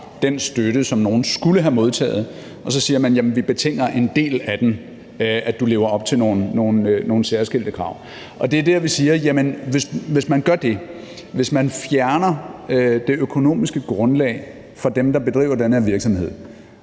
den støtte, som nogle skulle have modtaget, og så siger man: Jamen vi betinger i forhold til en del af den, at du lever op til nogle særskilte krav. Og det er der, vi siger: Hvis man gør det, hvis man fjerner det økonomiske grundlag for dem, der bedriver den her virksomhed,